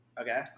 Okay